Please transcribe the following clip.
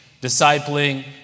discipling